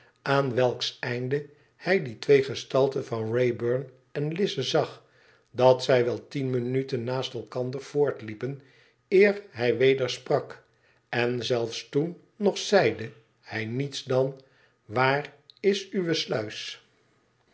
aan welks einde hij die twee gestalten van wrayburn en lize zag dat zij wel tien minuten naast elkander voortliepen eer hij weder sprak en zelfs toen nog zeide hij niets dan waar is uwe sluis